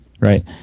right